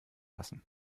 lassen